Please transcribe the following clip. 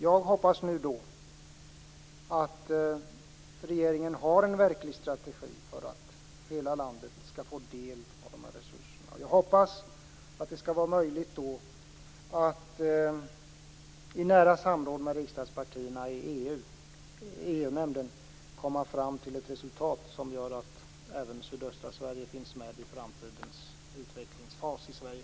Jag hoppas att regeringen har en verklig strategi för att hela landet skall få del av resurserna. Jag hoppas att det skall vara möjligt att i nära samråd med riksdagspartierna i EU-nämnden komma fram till ett resultat som gör att även sydöstra Sverige finns med i framtidens utvecklingsfas i Sverige.